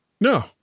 No